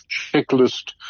checklist